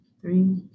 three